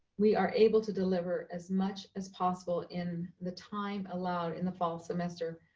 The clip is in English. we are able to deliver as much as possible in the time allowed in the fall semester.